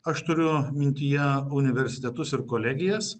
aš turiu mintyje universitetus ir kolegijas